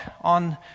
on